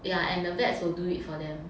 ya and the vets will do it for them